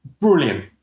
brilliant